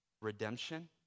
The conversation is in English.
redemption